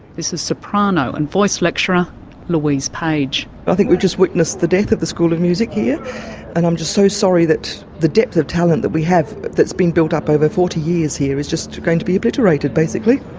this is soprano and voice lecturer louise page louise page i think we've just witnessed the death of the school of music here and i'm just so sorry that the depth of talent that we have that's been built up over forty years here is just going to be obliterated, basically.